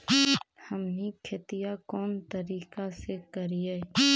हमनी खेतीया कोन तरीका से करीय?